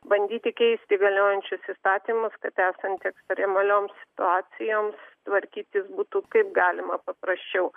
bandyti keisti galiojančius įstatymus kad esant ekstremalioms situacijoms tvarkytis būtų kaip galima paprasčiau